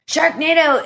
Sharknado